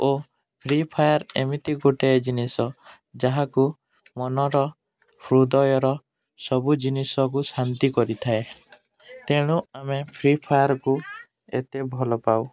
ଓ Free Fire ଏମିତି ଗୋଟିଏ ଜିନିଷ ଯାହାକୁ ମନର ହୃଦୟର ସବୁ ଜିନିଷକୁ ଶାନ୍ତି କରିଥାଏ ତେଣୁ ଆମେ ଫ୍ରି ଫାୟାର୍କୁ ଏତେ ଭଲ ପାଉ